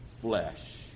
flesh